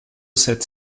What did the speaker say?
sept